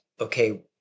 okay